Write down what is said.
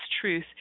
truth